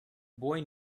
boy